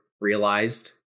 realized